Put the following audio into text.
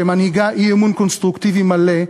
שמנהיגה אי-אמון קונסטרוקטיבי מלא,